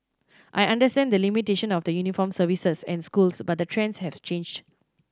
I understand the limitation of the uniformed services and schools but the trends have changed